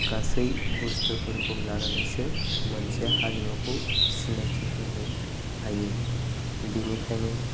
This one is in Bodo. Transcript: गासै बुस्तुफोरखौ लानानैसो मोनसे हारिमुखौ सिनायथि होनो हायो बेनिखायनो